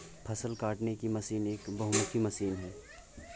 फ़सल काटने की मशीन एक बहुमुखी मशीन है